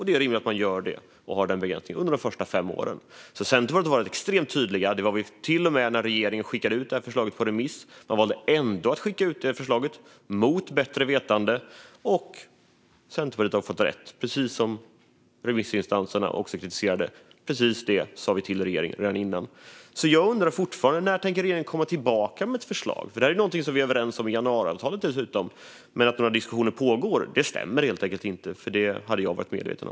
Det är rimligt att man har denna begränsning under de första fem åren. Centerpartiet har alltså varit extremt tydliga. Det var vi till och med när regeringen skickade ut detta förslag på remiss. Man valde ändå att skicka ut detta förslag, mot bättre vetande. Men Centerpartiet har fått rätt. Remissinstanserna kritiserade precis det som vi redan innan hade sagt till regeringen. Jag undrar fortfarande: När tänker regeringen komma tillbaka med ett förslag? Detta är någonting som vi dessutom är överens om i januariavtalet. Men att några diskussioner pågår stämmer helt enkelt inte. Det hade jag varit medveten om.